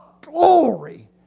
glory